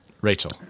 Rachel